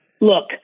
Look